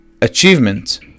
achievement